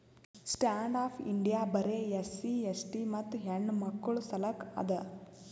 stand up India ಬರೆ SC ST ಮತ್ತ ಹೆಣ್ಣಮಕ್ಕುಳ ಸಲಕ್ ಅದ